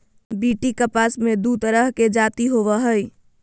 BT कपास मे दू तरह के जाति होबो हइ